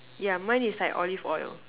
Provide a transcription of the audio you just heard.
yeah mine is like olive oil